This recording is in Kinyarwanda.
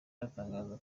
aratangaza